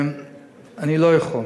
אני לא יכול.